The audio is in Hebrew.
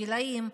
הגילים,